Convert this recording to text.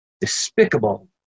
despicable